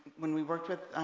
when we worked with